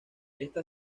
esta